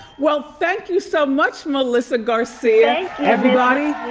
well, thank you so much melissa garcia! everybody,